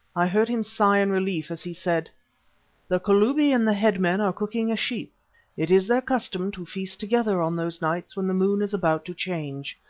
i heard him sigh in relief as he said the kalubi and the head men are cooking a sheep it is their custom to feast together on those nights when the moon is about to change.